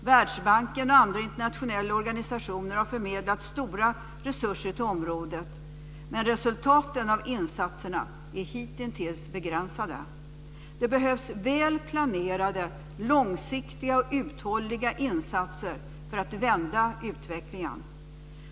Världsbanken och andra internationella organisationer har förmedlat stora resurser till området, men resultaten av insatserna är hitintills begränsade. Det behövs väl planerade, långsiktiga och uthålliga insatser för att vända utvecklingen.